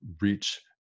reach